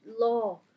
law